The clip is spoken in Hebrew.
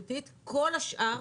כל השאר,